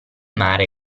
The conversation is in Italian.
mare